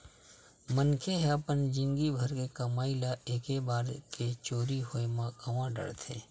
मनखे ह अपन जिनगी भर के कमई ल एके बार के चोरी होए म गवा डारथे